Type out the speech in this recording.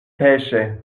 pêchaient